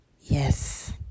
Yes